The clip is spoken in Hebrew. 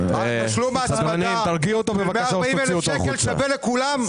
תשלום ההצמדה של 140,000 שקל שווה לכולם?